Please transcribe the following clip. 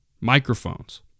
microphones